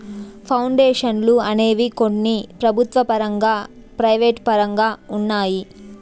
పౌండేషన్లు అనేవి కొన్ని ప్రభుత్వ పరంగా ప్రైవేటు పరంగా ఉన్నాయి